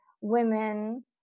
women